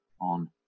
on